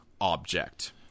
object